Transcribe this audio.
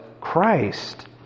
Christ